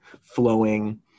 flowing